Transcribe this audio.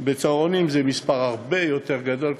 בצהרונים זה מספר הרבה יותר גדול,